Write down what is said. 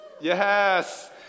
Yes